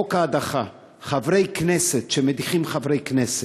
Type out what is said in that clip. חוק ההדחה, חברי כנסת שמדיחים חברי כנסת,